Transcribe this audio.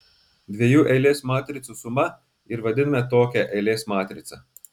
dviejų eilės matricų suma ir vadiname tokią eilės matricą